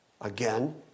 again